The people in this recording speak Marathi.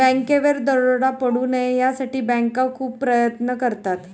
बँकेवर दरोडा पडू नये यासाठी बँका खूप प्रयत्न करतात